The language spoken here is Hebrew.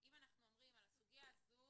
אם אנחנו אומרים שעל הסוגיה הזו,